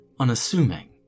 unassuming